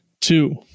two